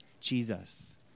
Jesus